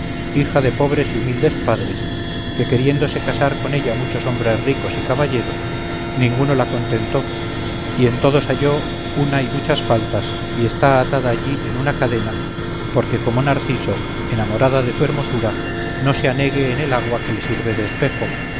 hija de pobres y humildes padres que queriéndose casar con ella muchos hombres ricos y caballeros ninguno la contentó y en todos halló una y muchas faltas y está atada allí en una cadena porque como narciso enamorada de su hermosura no se anegue en el agua que le sirve de espejo